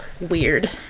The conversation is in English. weird